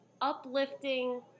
uplifting